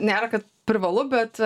nėra kad privalu bet